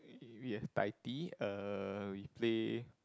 we have Taiti uh we play